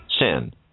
Sin